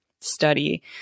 study